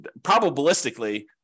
probabilistically